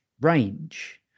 range